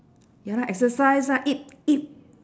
ya lah exercise ah eat eat